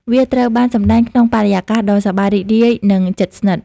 វាត្រូវបានសម្តែងក្នុងបរិយាកាសដ៏សប្បាយរីករាយនិងជិតស្និទ្ធ។